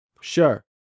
Sure